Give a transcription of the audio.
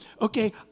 Okay